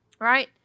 right